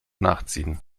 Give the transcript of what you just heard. nachziehen